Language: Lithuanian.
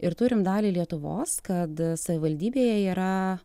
ir turim dalį lietuvos kad savivaldybėje yra